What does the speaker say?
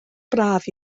braf